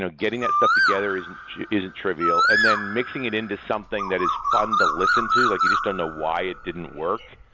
getting that stuff together isn't isn't trivial, and then mixing it into something that is fun to listen to, like you just don't know why it didn't work.